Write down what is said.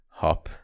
hop